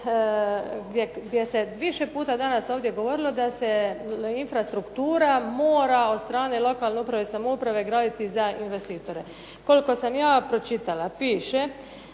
gdje se više puta danas ovdje govorilo da se infrastruktura mora od strane lokalne uprave i samouprave graditi za investitore. Koliko sam ja pročitala piše